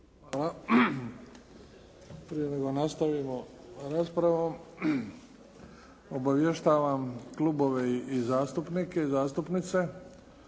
Hvala. Prije nego nastavimo raspravu, obavještavam klubove i zastupnike